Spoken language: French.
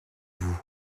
vous